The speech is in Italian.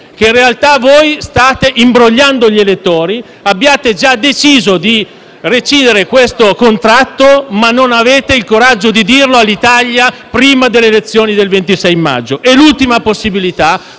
che in realtà state imbrogliando gli elettori e che abbiate già deciso di recidere questo contratto, ma non avete il coraggio di dirlo all'Italia prima delle elezioni del 26 maggio. L'ultima possibilità